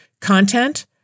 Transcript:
Content